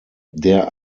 der